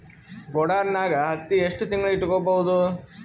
ಗೊಡಾನ ನಾಗ್ ಹತ್ತಿ ಎಷ್ಟು ತಿಂಗಳ ಇಟ್ಕೊ ಬಹುದು?